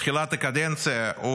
בתחילת הקדנציה,